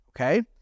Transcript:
Okay